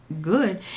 good